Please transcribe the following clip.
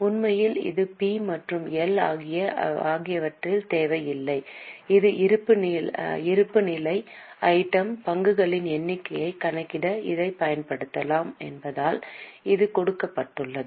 உண்மையில் இது பி மற்றும் எல் ஆகியவற்றில் தேவையில்லை இது இருப்புநிலை ஐட்டம் பங்குகளின் எண்ணிக்கையை கணக்கிட இதைப் பயன்படுத்தலாம் என்பதால் இது கொடுக்கப்பட்டுள்ளது